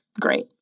great